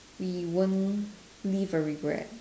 we won't leave a regret